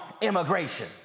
immigration